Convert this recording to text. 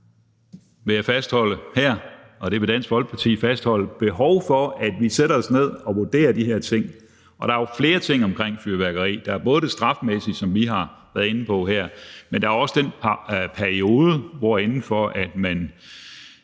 der er, vil jeg og vi i Dansk Folkeparti fastholde, behov for, at vi sætter os ned og vurderer de her ting. Og der er jo flere ting omkring fyrværkeri. Der er både det strafmæssige, som vi har været inde på her, men der er også den periode, inden for hvilken